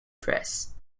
press